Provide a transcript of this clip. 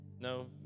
No